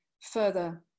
further